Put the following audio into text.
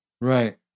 Right